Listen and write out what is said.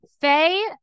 Faye